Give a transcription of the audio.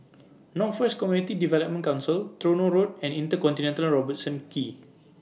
North West Community Development Council Tronoh Road and InterContinental Robertson Quay